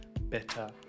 better